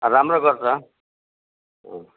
राम्रो गर्छ अँ